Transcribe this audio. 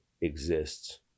exists